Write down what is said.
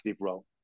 role